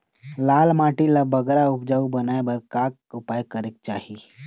लाल माटी ला बगरा उपजाऊ बनाए बर का उपाय करेक चाही?